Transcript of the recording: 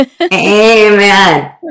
Amen